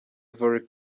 ivory